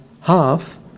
half